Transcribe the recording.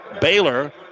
Baylor